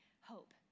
hope